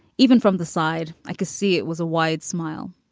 even from the side i could see it was a wide smile.